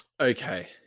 okay